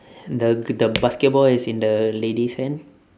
the the basketball is in the lady's hand